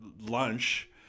lunch